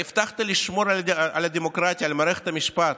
הרי הבטחת לשמור על הדמוקרטיה, על מערכת המשפט,